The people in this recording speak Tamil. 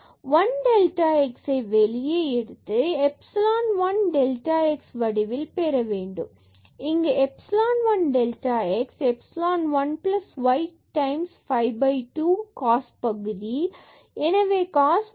1 delta xஐ வெளியே எடுத்து epsilon 1 delta x வடிவில் பெற வேண்டும் fxΔy f00x52sin 1x y52cos 1y இங்கு epsilon 1 delta x epsilon 1 y 5 2 cos பகுதி எனவே cos 1 square root delta y கிடைக்கும்